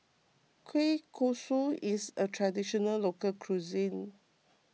Kueh Kosui is a Traditional Local Cuisine